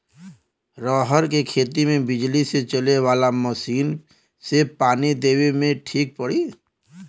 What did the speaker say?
रहर के खेती मे बिजली से चले वाला मसीन से पानी देवे मे ठीक पड़ी?